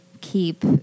keep